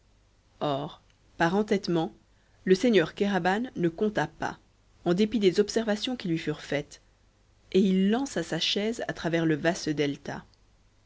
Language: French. or par entêtement le seigneur kéraban ne compta pas en dépit des observations qui lui furent faites et il lança sa chaise à travers le vaste delta